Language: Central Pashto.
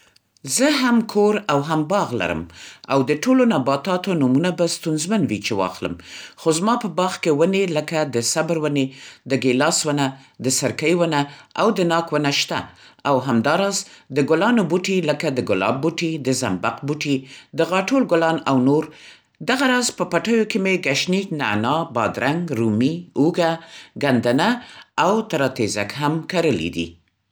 زه هم کور او هم باغ لرم او د ټولو نباتاتو نومونه به ستونزمن وي چې واخلم. خو زما په باغ کې ونې لکه؛ د صبر ونې، د ګیلاس ونه، د سرکۍ ونه او د ناک ونه شته او همدا راز د ګلانو بوټي، لکه؛ د ګلاب بوټي، د زنبق بوټي، د غاټول ګلان او نور… دغه راز په پټیو کې مې ګشنیج، نعنا، بادرنګ، رومي، اوږه، ګندنه او تراتېزک هم کرلي دي.